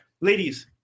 ladies